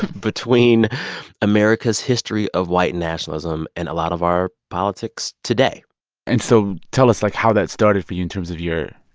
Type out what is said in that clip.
between america's history of white nationalism and a lot of our politics today and so tell us, like, how that started for you in terms of your,